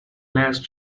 last